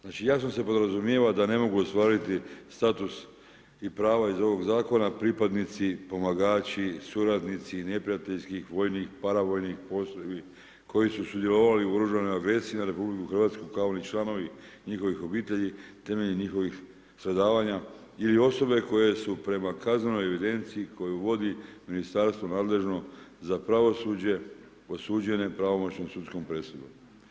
Znači jasno se podrazumijeva da ne mogu ostvariti status i prava iz ovog zakona pripadnici, suradnici neprijateljskih vojnih, paravojnih postrojbi koji su sudjelovali u oružanoj agresiji na RH kao ni članovi njihovih obitelji temeljem njihovih stradavanja ili osobe koje su prema kaznenoj evidenciji koju vodi ministarstvo nadležno za pravosuđe osuđene pravomoćnom sudskom presudom.